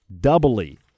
doubly